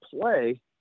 play